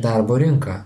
darbo rinką